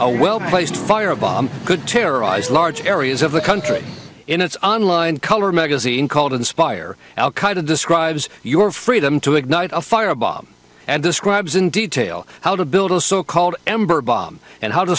a well placed fire of good terrorized large areas of the country in its online color magazine called inspire al qaeda describes your freedom to ignite a fire bomb and describes in detail how to build a so called ember bomb and how to